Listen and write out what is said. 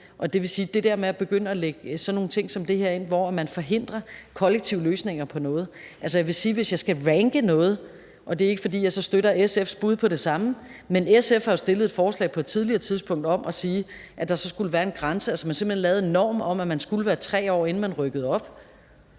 det der med at begynde at lægge sådan nogle ting ind, hvor man forhindrer kollektive løsninger, vil jeg sige, at hvis jeg skal ranke noget – og det er så ikke, fordi jeg støtter SF's bud på det samme – har SF jo på et tidligere tidspunkt stillet forslag om, at der skulle være en norm om, at barnet skulle være 3 år, inden det rykkede op.